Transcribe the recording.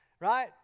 right